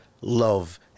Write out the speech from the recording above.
love